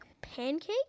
pancake